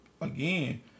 Again